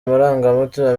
amarangamutima